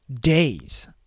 days